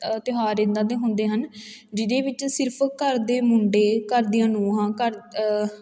ਤਿਉਹਾਰ ਇੱਦਾਂ ਦੇ ਹੁੰਦੇ ਹਨ ਜਿਹਦੇ ਵਿੱਚ ਸਿਰਫ ਘਰ ਦੇ ਮੁੰਡੇ ਘਰ ਦੀਆਂ ਨੂੰਹਾਂ ਘਰ